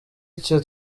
icyo